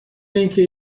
اینکه